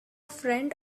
friend